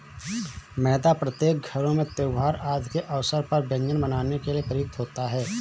मैदा प्रत्येक घरों में त्योहार आदि के अवसर पर व्यंजन बनाने के लिए प्रयुक्त होता है